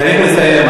צריך לסיים,